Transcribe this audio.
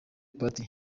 party